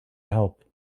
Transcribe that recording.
help